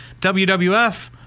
WWF